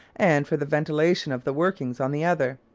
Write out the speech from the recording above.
and for the ventilation of the workings on the other.